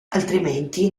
altrimenti